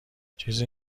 چیزی